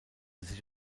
sich